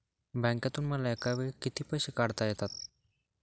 बँकेतून मला एकावेळी किती पैसे काढता येतात?